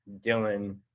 Dylan